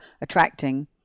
attracting